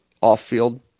off-field